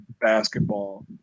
basketball